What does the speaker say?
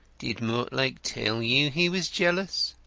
did mortlake tell you he was jealous?